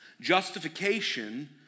Justification